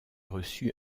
reçut